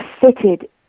fitted